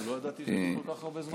לא ידעתי שיש כל כך הרבה זמן.